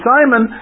Simon